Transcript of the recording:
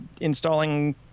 installing